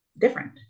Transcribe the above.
different